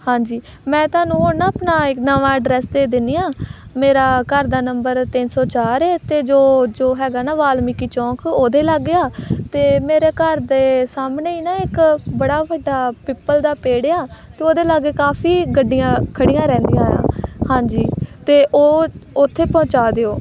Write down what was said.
ਹਾਂਜੀ ਮੈਂ ਤੁਹਾਨੂੰ ਹੁਣ ਨਾ ਆਪਣਾ ਇਕ ਨਵਾਂ ਐਡਰੈਸ ਦੇ ਦਿੰਦੀ ਹਾਂ ਮੇਰਾ ਘਰ ਦਾ ਨੰਬਰ ਤਿੰਨ ਸੌ ਚਾਰ ਅਤੇ ਜੋ ਜੋ ਹੈਗਾ ਨਾ ਵਾਲਮੀਕੀ ਚੌਂਕ ਉਹਦੇ ਲਾਗੇ ਆ ਅਤੇ ਮੇਰੇ ਘਰ ਦੇ ਸਾਹਮਣੇ ਹੀ ਨਾ ਇੱਕ ਬੜਾ ਵੱਡਾ ਪਿੱਪਲ ਦਾ ਪੇੜ ਆ ਅਤੇ ਉਹਦੇ ਲਾਗੇ ਕਾਫੀ ਗੱਡੀਆਂ ਖੜ੍ਹੀਆਂ ਰਹਿੰਦੀਆਂ ਆ ਹਾਂਜੀ ਅਤੇ ਉਹ ਉੱਥੇ ਪਹੁੰਚਾ ਦਿਓ